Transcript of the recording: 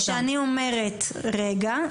כשאני אומרת 'רגע',